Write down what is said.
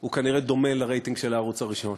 הוא כנראה דומה לרייטינג של הערוץ הראשון.